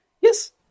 yes